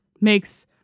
makes